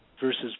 versus